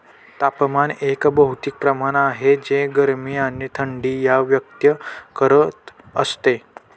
तापमान एक भौतिक प्रमाण आहे जे गरमी आणि थंडी ला व्यक्त करत असते